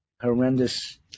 horrendous